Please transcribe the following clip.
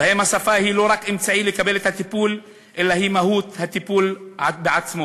שבהם השפה היא לא רק אמצעי לקבל את הטיפול אלא היא מהות הטיפול בעצמו.